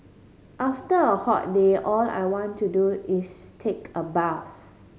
after a hot day all I want to do is take a bath